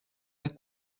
pas